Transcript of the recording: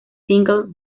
singles